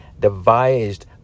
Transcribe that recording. devised